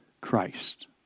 Christ